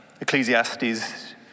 Ecclesiastes